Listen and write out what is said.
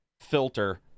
filter